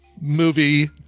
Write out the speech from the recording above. movie